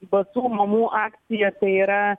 basų mamų akcija tai yra